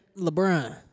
Lebron